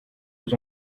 aux